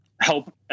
help